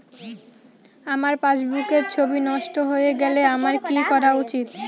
আমার পাসবুকের ছবি নষ্ট হয়ে গেলে আমার কী করা উচিৎ?